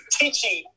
teaching